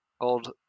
old